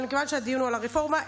אבל מכיוון שהדיון הוא על הרפורמה,